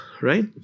right